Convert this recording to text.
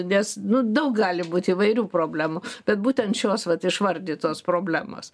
nes nu daug gali būt įvairių problemų bet būtent šios vat išvardytos problemos